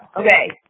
Okay